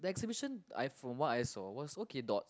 the exhibition I from what I saw was okay dots